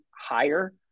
higher